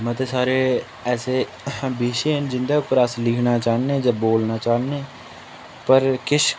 मते सारे ऐसे विशे न जिंदे उप्पर अस लिखना चाह्न्ने जां बोलना चाह्न्ने पर किश